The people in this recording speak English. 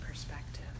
perspective